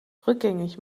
rückgängig